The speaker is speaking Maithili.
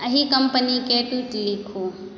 एहि कम्पनीके ट्वीट लिखू